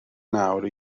nawr